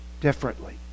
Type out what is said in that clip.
differently